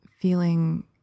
feeling